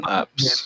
apps